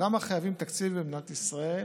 למה חייבים תקציב במדינת ישראל,